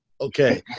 Okay